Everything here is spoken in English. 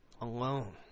Alone